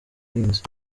buhinzi